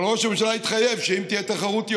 אבל ראש הממשלה התחייב שאם תהיה תחרות,